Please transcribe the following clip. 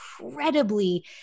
incredibly